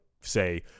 say